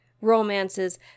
romances